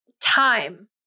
Time